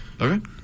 Okay